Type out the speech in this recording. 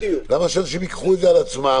למה שאנשים ייקחו את זה על עצמם?